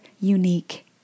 unique